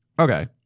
Okay